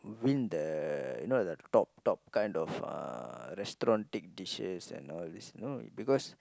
win the you know the top top kind of uh restaurant big dishes and all this you know because